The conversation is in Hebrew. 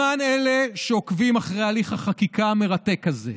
למען אלה שעוקבים אחרי הליך החקיקה המרתק הזה,